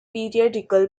periodical